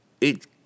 It